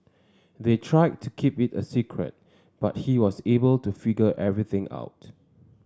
they tried to keep it a secret but he was able to figure everything out